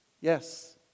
Yes